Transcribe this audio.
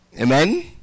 Amen